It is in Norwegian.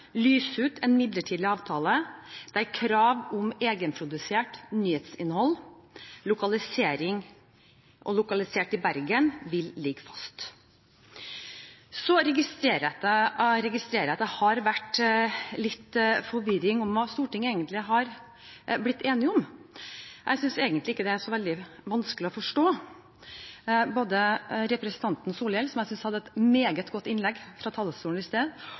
lyse ut en midlertidig avtale der krav om egenprodusert nyhetsinnhold og lokalisering i Bergen vil ligge fast. Så registrerer jeg at det har vært litt forvirring om hva man i Stortinget egentlig har blitt enige om. Jeg synes egentlig ikke det er så veldig vanskelig å forstå. Både representanten Solhjell – som jeg synes hadde et meget godt innlegg fra talerstolen i